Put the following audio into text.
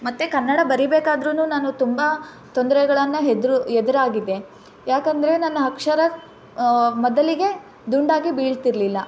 ಮತ್ತು ಕನ್ನಡ ಬರಿಬೇಕಾದ್ರು ನಾನು ತುಂಬ ತೊಂದರೆಗಳನ್ನು ಹೆದ್ರ್ ಎದುರಾಗಿದೆ ಯಾಕೆಂದರೆ ನನ್ನ ಅಕ್ಷರ ಮೊದಲಿಗೆ ದುಂಡಾಗಿ ಬೀಳ್ತಿರ್ಲಿಲ್ಲ